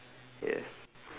yes